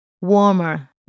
warmer